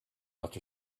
after